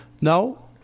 No